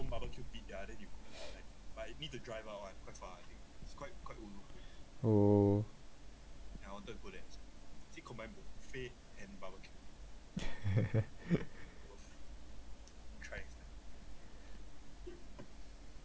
oh